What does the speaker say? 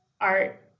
art